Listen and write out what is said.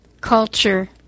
culture